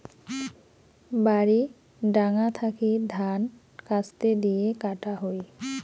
বাড়ি ডাঙা থাকি ধান কাস্তে দিয়ে কাটা হই